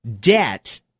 debt